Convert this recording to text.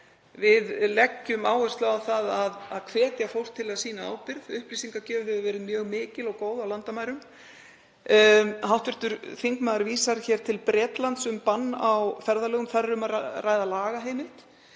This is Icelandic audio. Við leggjum áherslu á að hvetja fólk til að sýna ábyrgð. Upplýsingagjöf hefur verið mjög mikil og góð á landamærum. Hv. þingmaður vísar hér til Bretlands um bann við ferðalögum. Þar er um að ræða lagaheimild